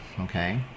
okay